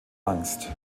angst